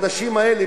הנשים האלה,